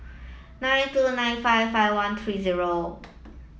nine two nine five five one three zero